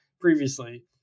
previously